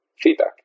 feedback